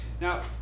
Now